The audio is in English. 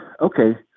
okay